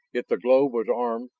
if the globe was armed,